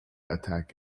attack